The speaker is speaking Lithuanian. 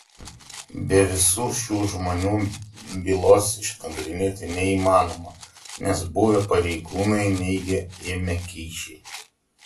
be visų šių žmonių bylos išnagrinėti neįmanoma nes buvę pareigūnai neigia ėmę kyšį